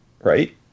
Right